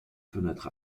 fenêtre